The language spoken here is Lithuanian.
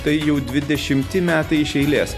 tai jau dvidešimti metai iš eilės